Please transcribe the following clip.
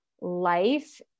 life